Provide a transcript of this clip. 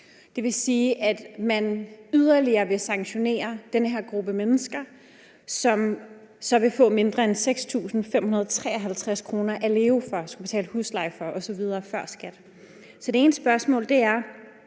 Det vil sige, at man yderligere vil sanktionere den her gruppe mennesker, som så vil få mindre end 6.553 kr. at leve for, betale husleje for osv. før skat. Så det ene spørgsmål er,